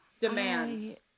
Demands